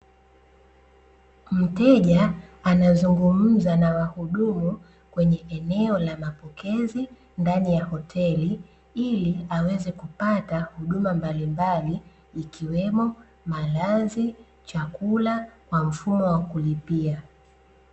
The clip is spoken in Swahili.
Mteja anazungumza na wahudumu kwenye eneo la mapokezi, ndani ya hoteli ili aweze kupata huduma mbalimbali, ikiwemo malazi, chakula kwa mfumo wa kulipia.